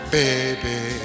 baby